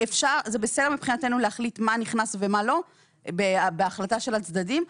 זה בסדר מבחינתנו להחליט מה נכנס ומה לא בהחלטה של הצדדים,